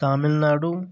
Tamil Nadu